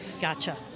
gotcha